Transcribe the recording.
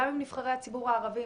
גם עם נבחרי הציבור הערביים,